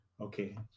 okay